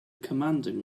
commanding